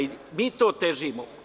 I mi tome težimo.